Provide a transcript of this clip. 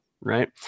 right